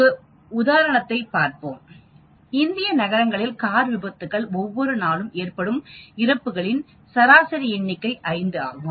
ஒரு உதாரணத்தைப் பார்ப்போம் இந்திய நகரங்களில் கார் விபத்துக்களால் ஒவ்வொரு நாளும் ஏற்படும் இறப்புகளின் சராசரி எண்ணிக்கை 5 ஆகும்